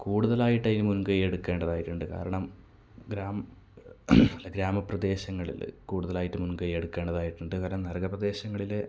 കൂടുതലായിട്ടതിന് മുൻകൈ എടുക്കേണ്ടതായിട്ടുണ്ട് കാരണം ഗ്രാമ ഗ്രാമപ്രദേശങ്ങളില് കൂടുതലായിട്ട് മുൻകൈ എടുക്കേണ്ടതായിട്ടുണ്ട് കാരണം നഗരപ്രദേശങ്ങളില്